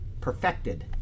Perfected